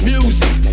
Music